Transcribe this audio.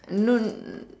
no